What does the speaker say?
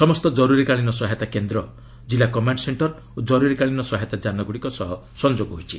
ସମସ୍ତ ଜରୁରୀକାଳିନ ସହାୟତା କେନ୍ଦ୍ର କିଲ୍ଲା କମାଣ୍ଡ ସେଣ୍ଟର ଓ ଜର୍ରରୀକାଳୀନ ସହାୟତା ଯାନଗୁଡ଼ିକ ସହ ସଂଯୋଗ ହୋଇଛି